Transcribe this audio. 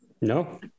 No